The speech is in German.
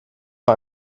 vor